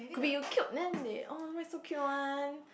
could be you cute then they oh why so cute one